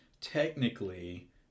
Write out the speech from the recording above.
technically